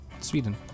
Sweden